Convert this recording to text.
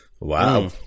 Wow